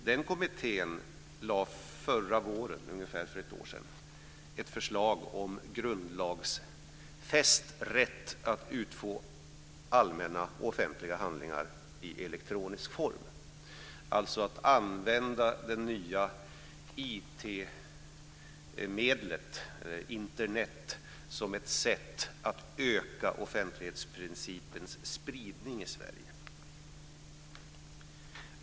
Den kommittén lade förra våren, för ungefär ett år sedan, fram ett förslag om en gundlagsfäst rätt att utfå allmänna offentliga handlingar i elektronisk form, alltså om att använda det nya IT-medlet, Internet, som ett sätt att öka offentlighetsprincipens spridning i Sverige.